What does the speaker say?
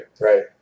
Right